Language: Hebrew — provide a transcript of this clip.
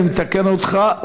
אני מתקן אותך,